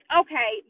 okay